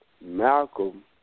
Malcolm